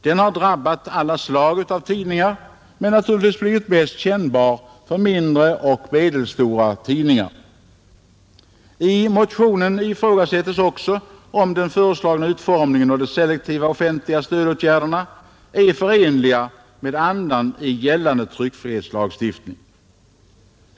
Den har drabbat alla slag av tidningar men naturligtvis blivit mest kännbar för mindre och medelstora tidningar. I motionen ifrågasättes också om den föreslagna utformningen av de selektiva offentliga stödåtgärderna är förenlig med andan i gällande tryckfrihetslagstiftning.